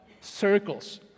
circles